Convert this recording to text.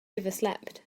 overslept